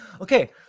okay